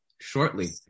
shortly